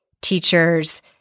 teachers